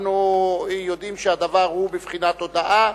אנחנו יודעים שהדבר הוא בבחינת הודעה.